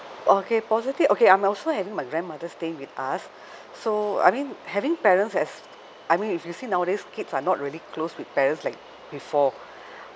okay positive okay I'm also having my grandmother stay with us so I mean having parents as I mean if you see nowadays kids are not really close with parents like before